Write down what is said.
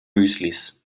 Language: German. müslis